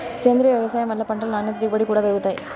సేంద్రీయ వ్యవసాయం వల్ల పంటలు నాణ్యత దిగుబడి కూడా పెరుగుతాయి